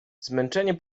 zmęczenie